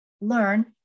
learn